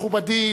מכובדי,